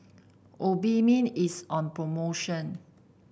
Obimin is on promotion